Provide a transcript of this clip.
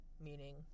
meaning